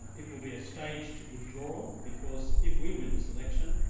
and it will be a staged withdrawal, because if we win this election,